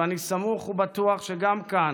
ואני סמוך ובטוח שגם כאן,